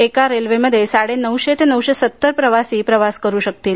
एका ट्रेन मध्ये साडे नऊशे ते नऊशे सत्तर प्रवासी प्रवास करू शकतात